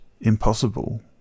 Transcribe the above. impossible